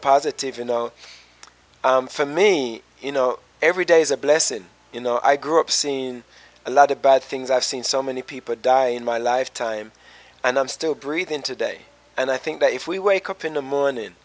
positive you know for me you know every day is a blessing you know i grew up seeing a lot of bad things i've seen so many people die in my lifetime and i'm still breathing today and i think that if we wake up in the morning